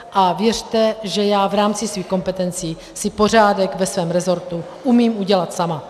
A věřte, že já v rámci svých kompetencí si pořádek ve svém rezortu umím udělat sama.